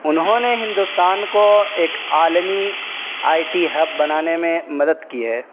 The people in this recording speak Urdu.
انہوں نے ہندوستان کو ایک عالمی آئی ٹی ہب بنانے میں مدد کی ہے